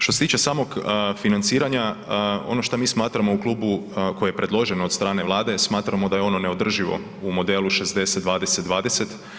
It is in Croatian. Što se tiče samog financiranja ono što mi smatramo u klubu, koji je predložen od stane Vlade smatramo da je ono neodrživo u modelu 60, 20, 20.